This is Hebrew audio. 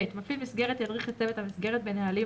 מפעיל מסגרת ידריך את צוות המסגרת בנהלים